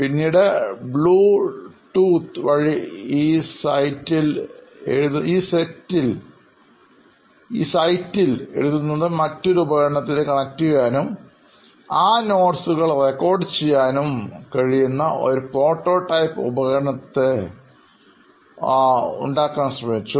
പിന്നീട് ബ്ലൂടൂത്ത് വഴി ഈ സൈറ്റിൽ എഴുതുന്നത് മറ്റൊരു ഉപകരണത്തിലേക്ക് കണക്ട് ചെയ്യാനും ആ കുറിപ്പുകൾ കൾ റെക്കോർഡ് ചെയ്യാനും കഴിയുന്ന ഒരു പ്രോട്ടോടൈപ്പ് ഉപകരണത്തെ പ്രോട്ടോടൈപ്പ് ശ്രമിച്ചു